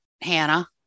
Hannah